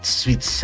sweet